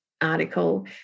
article